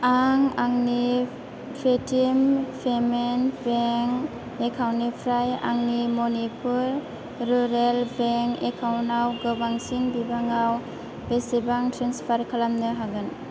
आं आंनि Paytm payment bank एकाउन्टनिफ्राय आंनि मणिपुर रुरेल बेंक एकाउन्टआव गोबांसिन बिबाङाव बेसेबां ट्रेन्सफार खालामनो हागोन